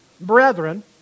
brethren